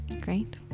Great